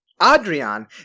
Adrian